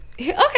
Okay